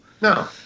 No